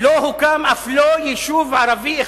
לא הוקם אף לא יישוב ערבי אחד,